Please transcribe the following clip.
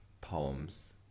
poems